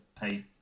pay